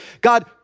God